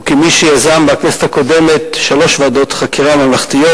וכמי שיזם בכנסת הקודמת שלוש ועדות חקירה ממלכתיות,